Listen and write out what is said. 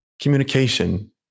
Communication